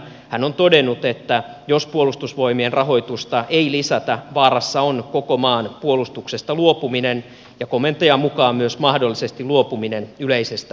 hän on todennut että jos puolustusvoimien rahoitusta ei lisätä vaarassa on koko maan puolustuksesta luopuminen ja komentajan mukaan myös mahdollisesti luopuminen yleisestä asevelvollisuudesta